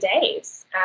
days